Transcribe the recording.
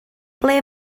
ble